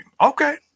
Okay